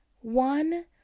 One